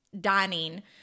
dining